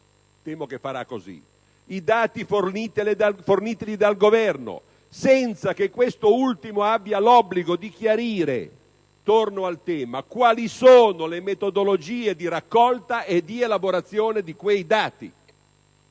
temo, prenderà per buoni i dati forniti dal Governo, senza che quest'ultimo abbia l'obbligo di chiarire (torno al tema) quali siano le metodologie di raccolta e elaborazione di quei dati?